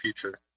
future